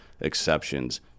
exceptions